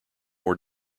more